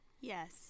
Yes